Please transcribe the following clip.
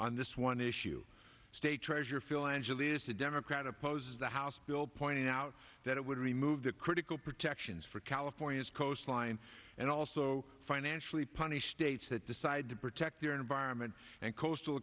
on this one issue state treasurer phil angeles a democrat opposes the house bill pointing out that it would remove the critical protections for california's coastline and also financially punish states that decide to protect their environment and coastal